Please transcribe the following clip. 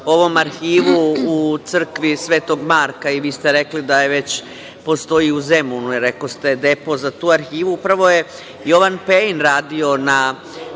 ovom arhivu u crkvi Svetog Marka i vi ste rekli da već postoji u Zemunu, tako rekoste, depo za tu arhivu, upravo je Jovan Pejin radio na